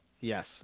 yes